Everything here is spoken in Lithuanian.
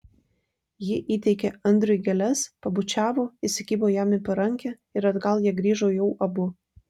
ji įteikė andriui gėles pabučiavo įsikibo jam į parankę ir atgal jie grįžo jau abu